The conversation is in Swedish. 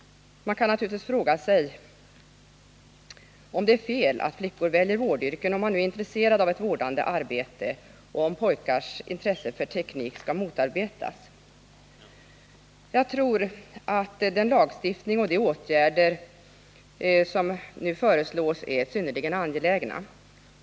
Man kan naturligtvis fråga sig om det är fel att flickor väljer vårdyrken om de nu är intresserade av ett vårdande arbete och om pojkars intresse för teknik verkligen skall motarbetas. Jag tror att den lagstiftning och de åtgärder som nu föreslås är synnerligen angelägna.